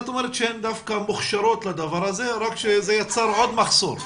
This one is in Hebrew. את אומרת שהן דווקא מוכשרות לדבר הזה אלא שזה יצר עוד מחסור.